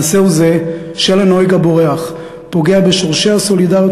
"מעשהו זה של הנוהג הבורח פוגע בשורשי הסולידריות